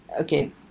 Okay